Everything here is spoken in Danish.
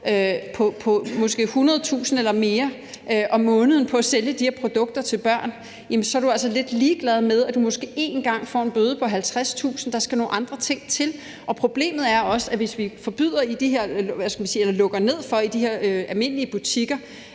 på måske 100.000 kr. eller mere om måneden på at sælge de her produkter til børn, så er du altså lidt ligeglad med, at du måske én gang får en bøde på 50.000 kr. Der skal nogle andre ting til. Problemet er også, at hvis vi lukker ned for det i de her almindelige butikker,